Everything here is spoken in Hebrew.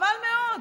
חבל מאוד.